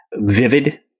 vivid